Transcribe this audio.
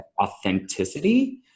authenticity